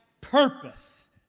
Purpose